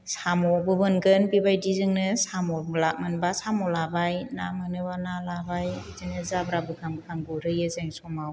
साम'बो मोनगोन बिबायदिजोंनो साम' मोनब्ला साम' लाबाय ना मोनोबा ना लाबाय बिदिनो जाब्रा बोखां बोखां ना गुरहैयो जों समाव